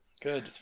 good